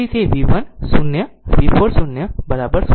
તેથી V 1 0 V 4 0 0